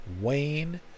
Wayne